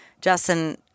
Justin